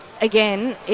again